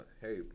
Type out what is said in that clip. hey